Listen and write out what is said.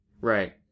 Right